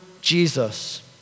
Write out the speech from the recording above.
Jesus